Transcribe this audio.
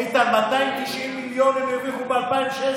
איתן, 290 מיליון הם הרוויחו ב-2016.